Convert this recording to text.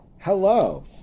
Hello